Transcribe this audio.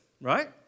right